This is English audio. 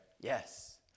Yes